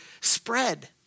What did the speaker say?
spread